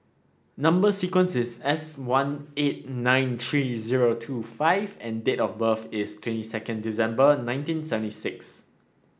number sequence is S one eight nine three zero two five and date of birth is twenty second December nineteen seventy six